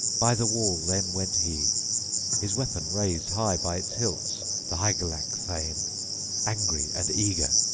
by the wall then went he his weapon raised high by its hilts the hygelac-thane, angry and eager.